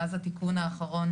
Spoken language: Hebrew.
מאז התיקון האחרון,